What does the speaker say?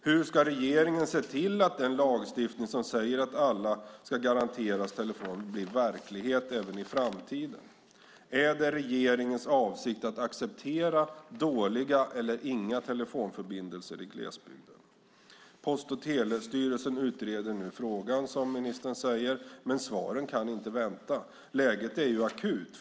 Hur ska regeringen se till att den lagstiftning som säger att alla ska garanteras telefon blir verklighet även i framtiden? Är det regeringens avsikt att acceptera dåliga eller inga telefonförbindelser i glesbygden? Post och telestyrelsen utreder nu frågan, som ministern säger. Men svaren kan inte vänta. Läget är akut.